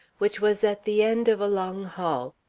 which was at the end of a long hall.